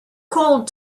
called